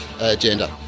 agenda